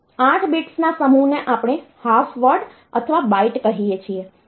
8 બિટ્સના સમૂહને આપણે હાફ વર્ડ અથવા બાઈટ કહીએ છીએ